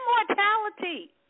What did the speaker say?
immortality